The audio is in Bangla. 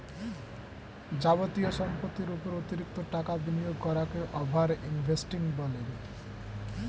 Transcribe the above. যাবতীয় সম্পত্তির উপর অতিরিক্ত টাকা বিনিয়োগ করাকে ওভার ইনভেস্টিং বলে